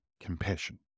compassion